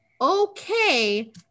okay